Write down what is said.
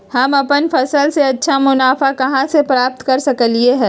हम अपन फसल से अच्छा मुनाफा कहाँ से प्राप्त कर सकलियै ह?